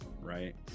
right